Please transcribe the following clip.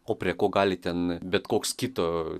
o prie ko gali ten bet koks kito